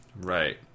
Right